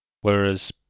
Whereas